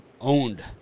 owned